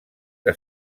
que